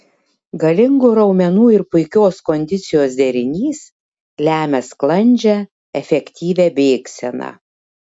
galingų raumenų ir puikios kondicijos derinys lemia sklandžią efektyvią bėgseną